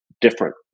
different